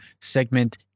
segment